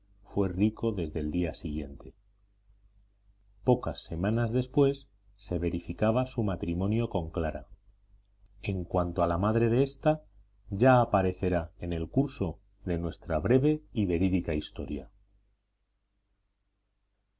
fue rico desde el día siguiente pocas semanas después se verificaba su matrimonio con clara en cuanto a la madre de ésta ya aparecerá en el curso de nuestra breve y verídica historia